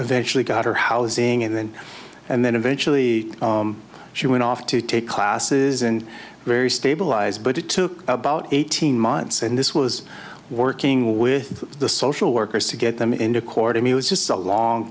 eventually got her housing in and then eventually she went off to take classes and very stabilized but it took about eighteen months and this was working with the social workers to get them into court i mean this is a long